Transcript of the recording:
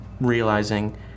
realizing